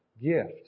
gift